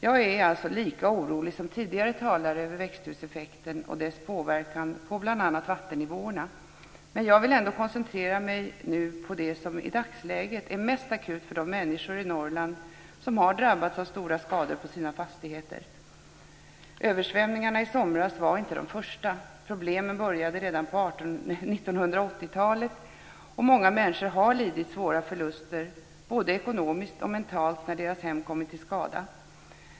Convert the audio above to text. Jag är alltså lika orolig som tidigare talare över växthuseffekten och dess påverkan på bl.a. vattennivåerna. Men jag vill ändå koncentrera mig på det som i dagsläget är mest akut för de människor i Norrland som har drabbats av stora skador på sina fastigheter. Översvämningarna i somras var inte de första. Problemen började redan på 1980-talet, och många människor har lidit svåra förluster, både ekonomiskt och mentalt, när deras hem har kommit till skada.